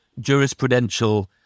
jurisprudential